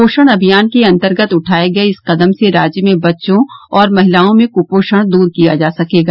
पोषण अभियान के अंतर्गत उठाये गये इस कदम से राज्य में बच्चों और महिलाओं में क्पोषण दूर किया जा सकेगा